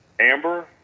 Amber